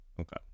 okay